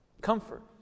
Comfort